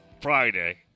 Friday